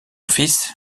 fils